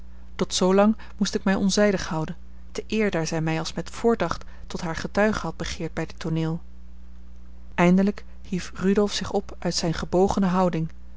tot zoolang moest ik mij onzijdig houden te eer daar zij mij als met voordacht tot haar getuige had begeerd bij dit tooneel eindelijk hief rudolf zich op uit zijne gebogene houding